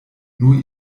nur